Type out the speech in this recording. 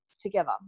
together